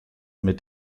mit